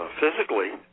physically